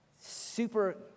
super